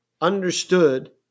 understood